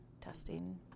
testing